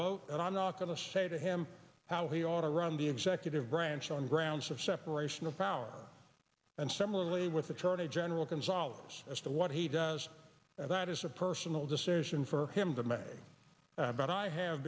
vote and i'm not going to say to him how he ought to run the executive branch on grounds of separation of powers and similarly with attorney general gonzales as to what he does that is a personal decision for him to marry but i have